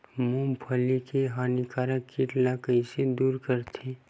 मूंगफली के हानिकारक कीट ला कइसे दूर करथे?